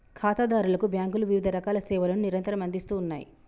ఖాతాదారులకు బ్యాంకులు వివిధరకాల సేవలను నిరంతరం అందిస్తూ ఉన్నాయి